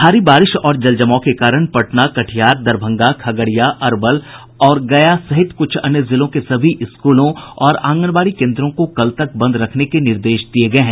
भारी बारिश और जल जमाव के कारण पटना कटिहार दरभंगा खगड़िया अरवल गया सहित कुछ अन्य जिलों के सभी स्कूलों और आंगनबाड़ी केन्द्रों को कल तक बंद रखने के निर्देश दिये गये हैं